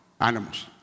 animals